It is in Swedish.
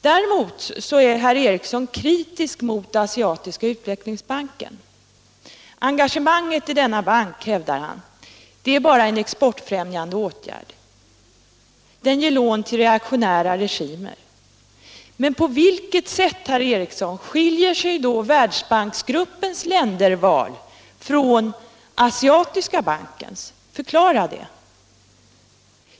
Däremot är herr Ericson kritisk mot Asiatiska utvecklingsbanken. Engagemanget i denna bank, hävdar han, är bara en exportfrämjande åtgärd. Den ger lån till reaktionära regimer. Men förklara då, herr Ericson, på vilket sätt Världsbanksgruppens länderval skiljer sig från den Asiatiska utvecklingsbankens?